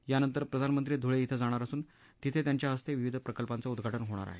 यानंतर प्रधानमंत्री धुळे इथं जाणार असून तिथे त्यांच्याहस्ते विविध प्रकल्पांचं उद्घाटन होणार आहे